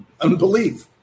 Unbelief